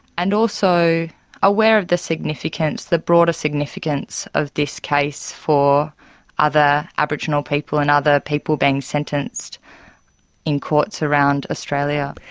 and also aware of the significance, the broader significance of this case for other aboriginal people and other people being sentenced in courts around australia.